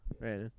Right